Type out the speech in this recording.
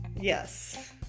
Yes